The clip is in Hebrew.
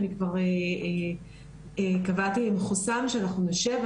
אני כבר קבעתי עם חוסאם שאנחנו נשב,